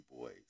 Boys